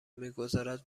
میگذارد